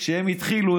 כשהם התחילו,